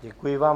Děkuji vám.